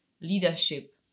leadership